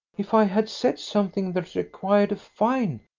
if i had said something that required a fine,